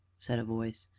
said a voice.